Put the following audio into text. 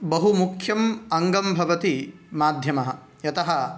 बहु मुख्यम् अङ्गं भवति माध्यमः यतः